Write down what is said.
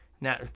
now